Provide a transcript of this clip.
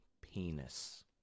penis